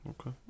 okay